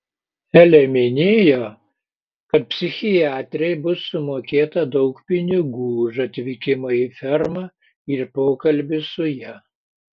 elė minėjo kad psichiatrei bus sumokėta daug pinigų už atvykimą į fermą ir pokalbį su ja